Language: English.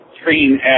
screen